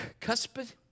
cuspid